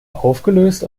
aufgelöst